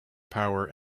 power